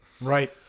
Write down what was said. Right